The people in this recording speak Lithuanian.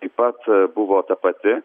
taip pat buvo ta pati